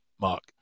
Mark